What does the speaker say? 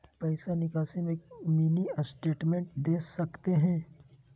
पैसा निकासी में मिनी स्टेटमेंट दे सकते हैं?